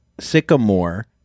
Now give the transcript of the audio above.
Sycamore